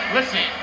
Listen